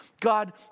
God